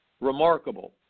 remarkable